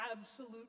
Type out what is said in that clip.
absolute